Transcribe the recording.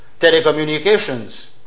telecommunications